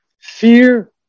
Fear